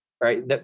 right